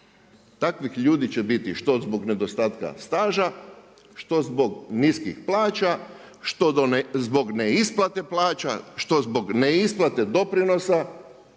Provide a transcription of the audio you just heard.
Takvih ljudi će biti što zbog nedostatka staža, što zbog niskih plaća, što zbog neisplate plaća, što zbog neisplate doprinosa,